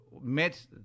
met